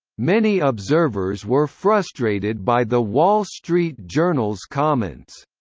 many observers were frustrated by the wall street journal's comments.